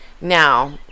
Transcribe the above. Now